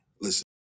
Listen